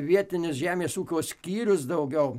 vietinius žemės ūkio skyrius daugiau